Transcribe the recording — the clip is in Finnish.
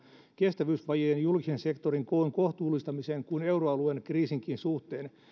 kestävyysvajeen julkisen sektorin koon kohtuullistamisen kuin euroalueen kriisinkin suhteen